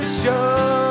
show